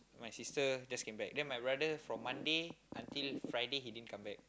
my sister just came back then my brother from Monday until Friday he didn't come back